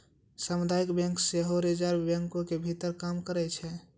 समुदायिक बैंक सेहो रिजर्वे बैंको के भीतर काम करै छै